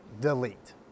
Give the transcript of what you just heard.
delete